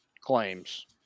claims